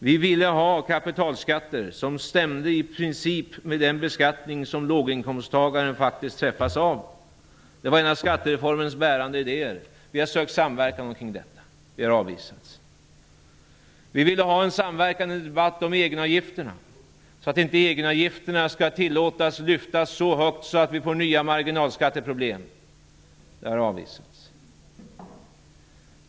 Vi ville ha kapitalskatter som i princip stämde med den beskattning som låginkomsttagaren faktiskt träffas av. Det var en av skattereformens bärande idéer. Vi har sökt samverkan omkring detta. Vi har avvisats. Vi ville ha en samverkan och debatt om egenavgifterna, så att inte egenavgifterna tillåts lyfta så högt att vi får nya marginalskatteproblem. Det har avvisats.